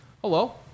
Hello